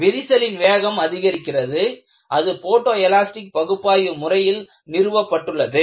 விரிசலின் வேகம் அதிகரிக்கிறதுஅது போட்டோ எலாஸ்டிக் பகுப்பாய்வு முறையில் நிறுவப்பட்டுள்ளது